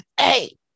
Hey